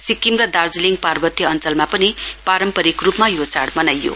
सिक्किम र दार्जीलिङ पार्वत्य अञ्चलमा पनि पारम्परिक रूपमा यो चाइ मनाइयो